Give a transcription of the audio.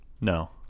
No